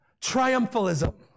Triumphalism